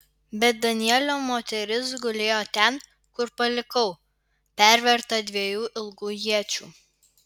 bet danielio moteris gulėjo ten kur palikau perverta dviejų ilgų iečių